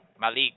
Malik